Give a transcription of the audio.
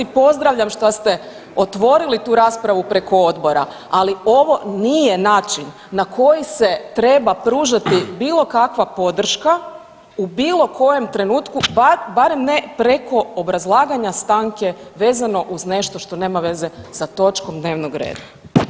Pozdravljam šta ste otvorili tu raspravu preko odbora, ali ovo nije način na koji se treba pružati bilo kakva podrška u bilo kojem trenutku, barem ne preko obrazlaganja stanke vezano uz nešto što nema veze sa točkom dnevnog reda.